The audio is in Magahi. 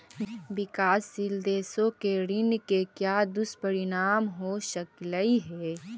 विकासशील देशों के ऋण के क्या दुष्परिणाम हो सकलई हे